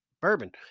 bourbon